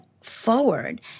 forward